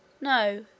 No